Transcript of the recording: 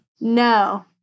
No